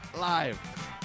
Live